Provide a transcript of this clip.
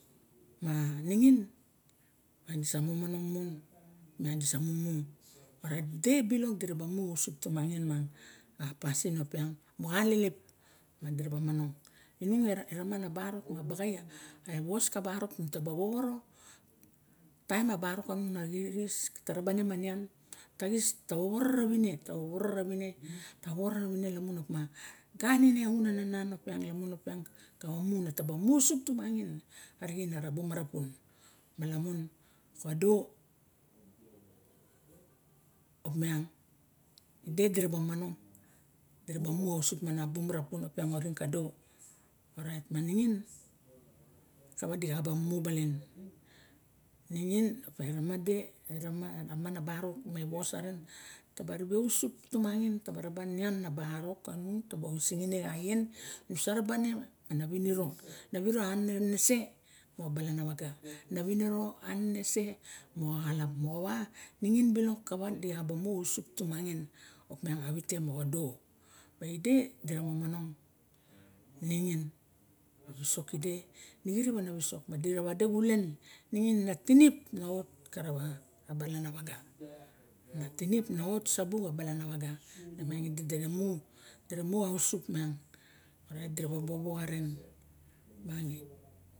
Ma ningin ma diso momong mon miang dise monong mara di bilok dira ba mu ausip tumongim a pasin opiang maxa alelep ma dira ba manong inung era mana barok ma baxain me wos ka barok taba woworo taim barok manung na xirixis tara ba ne ma mian taxis ta woworo rawine ta woworo ravine tawororo rawine tawororo rawine lamun opa ganine unan anan opiang lamun opiang omu no taba musup tumangin axem ara bumara pun lamun malamun kado opiang de dira a manong dira ba mu ausup a bu marapun opiang kado ningin kawa di xa ba mu balnig ningin opa erama de era man a barok me xos ane ntaba ribe usup tumangin tabaraba in a man ka barrok kanung taba oxin in xa axien nus raba ne mara niniro ra winiro anenese na winiro anese moxa balana waga moxowa ningin bilok di xa ba mu ruangin miang a wite moxo do ma ide dira momonong ningin nixirip ana wisok ma di ra wade xulen ningin ana tirip na of kana waga na tiriip na ot sabu xa balana waga